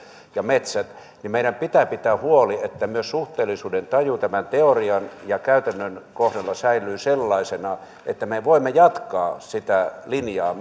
ja metsät ja meidän pitää pitää huoli että myös suhteellisuudentaju teorian ja käytännön kohdalla säilyy sellaisena että me me voimme jatkaa metsätaloudessa sitä linjaa